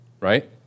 right